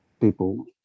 people